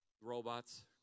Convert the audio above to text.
Robots